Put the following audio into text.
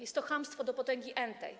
Jest to chamstwo do potęgi entej.